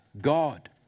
God